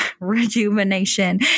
rejuvenation